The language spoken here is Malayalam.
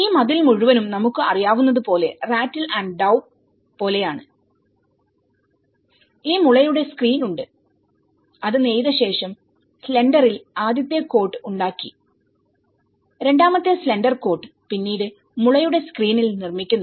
ഈ മതിൽ മുഴുവനും നമുക്ക് അറിയാവുന്നതുപോലെറാറ്റിൽ ആൻഡ് ഡൌബ് പോലെയാണ്ഈ മുളയുടെ സ്ക്രീൻ ഉണ്ട് അത് നെയ്ത ശേഷം സ്ലെണ്ടറിന്റെ ആദ്യത്തെ കോട്ട് ഉണ്ടാക്കി രണ്ടാമത്തെ സ്ലെണ്ടർ കോട്ട് പിന്നീട് മുളയുടെ സ്ക്രീനിൽ നിർമ്മിക്കുന്നു